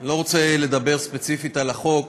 שאני לא רוצה לדבר ספציפית על החוק.